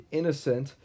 innocent